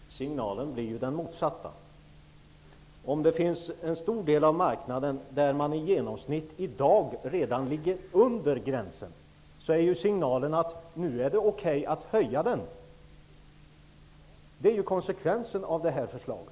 Fru talman! Signalen blir ju den motsatta. Om man på en stor del av marknaden redan i dag i genomsnitt ligger under gränsen, är ju signalen att det nu är okej att höja den. Det är ju konsekvensen av förslaget.